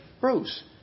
Bruce